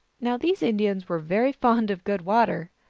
now these indians were very fond of good water.